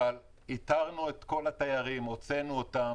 איתרנו את כל התיירים, הוצאנו אותם.